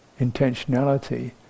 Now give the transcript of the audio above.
intentionality